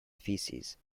feces